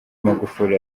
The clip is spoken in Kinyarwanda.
magufuli